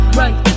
right